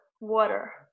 water